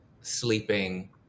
sleeping